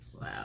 Wow